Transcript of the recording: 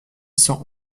cent